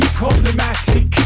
problematic